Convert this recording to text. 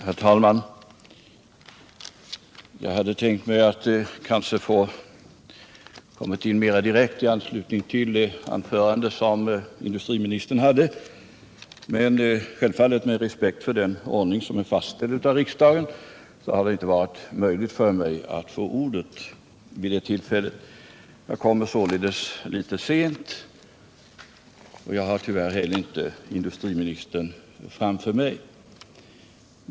Herr talman! Jag hade tänkt mig att få komma in i direkt anslutning till det anförande som industriministern höll. Men det har inte varit möjligt för mig att få ordet vid det tillfället — och jag har självfallet respekt för den ordning som är fastställd. Jag kommer således in litet sent i debatten, och jag har tyvärr inte heller industriministern framför mig.